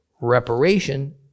reparation